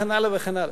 וכן הלאה, וכן הלאה.